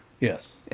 Yes